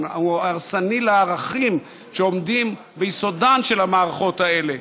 הוא הרסני לערכים שעומדים ביסודן של המערכות האלה.